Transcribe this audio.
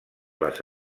les